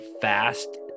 fast